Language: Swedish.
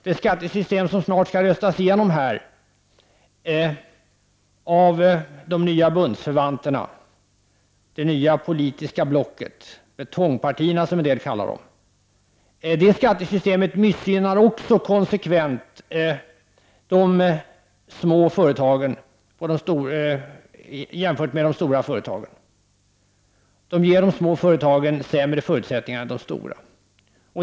Det skattesystem som snart skall röstas igenom av de nya bundsförvanterna, det nya politiska blocket, av en del kallat för betongpartierna, missgynnar också konsekvent de små företagen jämfört med de stora företagen. Systemet ger de små företagen sämre förutsättningar än de stora.